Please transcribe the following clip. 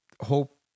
hope